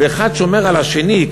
ואחד שומר על השני,